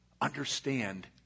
Understand